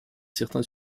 certain